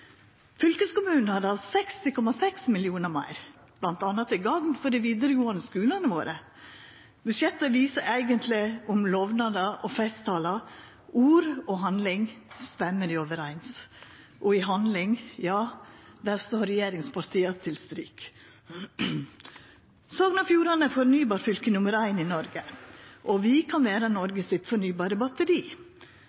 Fylkeskommunen hadde hatt 60,6 mill. kr meir, bl.a. til gagn for dei vidaregåande skulane våre. Budsjettet viser eigentleg om lovnader og festtalar, ord og handling stemmer overeins. Og i handling, ja, der står regjeringspartia til stryk. Sogn og Fjordane er fornybarfylke nr. 1 i Noreg. Vi kan vera